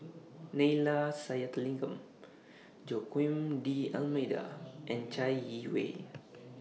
Neila Sathyalingam Joaquim D'almeida and Chai Yee Wei